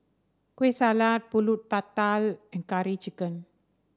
Kueh Salat pulut tatal and Curry Chicken